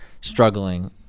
struggling